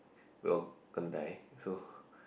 will going to die so